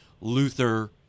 Luther